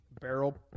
barrel